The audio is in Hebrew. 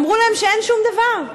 אמרו להם שאין שום דבר.